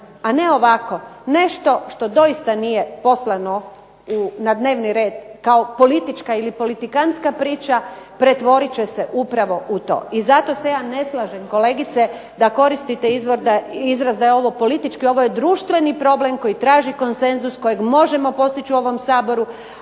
a ne ovako. Nešto što doista nije poslano na dnevni red kao politička ili politikanska priča pretvorit će se upravo u to. I zato se ja ne slažem kolegice da koristite izraz da je ovo politički, ovo je društveni problem koji traži konsenzus, kojeg možemo postići u ovom saboru,